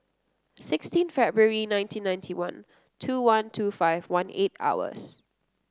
sixteen February nineteen ninety one two one two five one eight hours